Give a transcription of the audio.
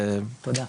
תודה,